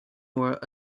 were